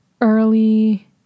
early